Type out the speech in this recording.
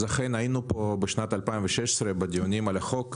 אכן היינו פה ב-2016 בדיונים על החוק.